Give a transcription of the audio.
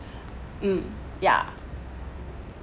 um yeah